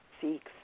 seeks